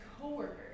coworkers